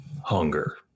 hunger